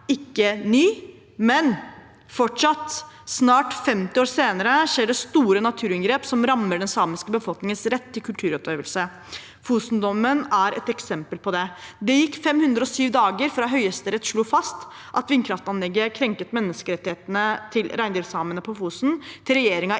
ikke ny, men fortsatt, snart 50 år senere, skjer det store naturinngrep som rammer den samiske befolkningens rett til kulturutøvelse. Fosen-dommen er et eksempel på det. Det gikk 507 dager fra Høyesterett slo fast at vindkraftanlegget krenket menneskerettighetene til reindriftssamene på Fosen, til regjeringen